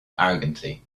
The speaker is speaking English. arrogantly